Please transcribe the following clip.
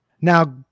Now